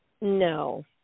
No